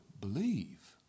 believe